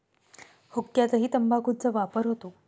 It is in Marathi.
हुक्क्यातही तंबाखूचा वापर होतो